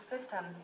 system